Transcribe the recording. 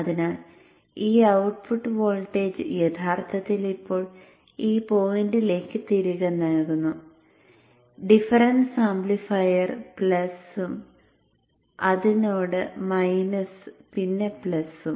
അതിനാൽ ഈ output voltage യഥാർത്ഥത്തിൽ ഇപ്പോൾ ഈ പോയിന്റിലേക്ക് തിരികെ നൽകുന്നു ഡിഫറെൻസ് ആംപ്ലിഫൈർ പ്ലസ് ഉം അതിനോട് മൈനസ് പിന്നെ പ്ലസ് ഉം